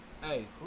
Hey